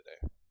today